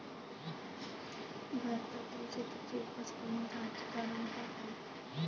भारतीय शेतीची उपज कमी राहाची कारन का हाय?